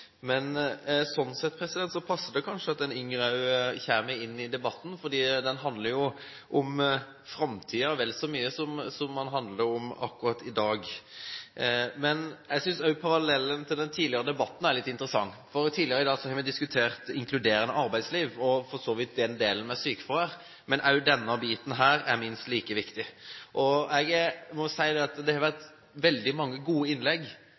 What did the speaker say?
Men sånn sett passer det kanskje at en yngre også kommer inn i debatten, for den handler om framtiden vel så mye som den handler om akkurat dagen i dag. Jeg synes også parallellen til den tidligere debatten er litt interessant, for tidligere i dag har vi diskutert inkluderende arbeidsliv – og for så vidt den delen som gjelder sykefravær. Denne biten er minst like viktig. Jeg må si at det har vært veldig mange gode innlegg.